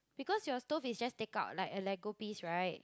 because your stove is just take out like a lego piece right